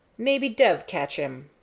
maybe dev catch him.